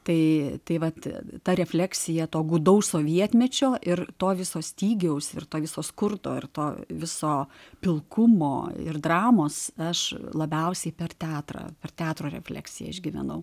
tai tai vat ta refleksija to gūdaus sovietmečio ir to viso stygiaus ir to viso skurdo ir to viso pilkumo ir dramos aš labiausiai per teatrą per teatro refleksiją išgyvenau